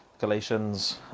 Galatians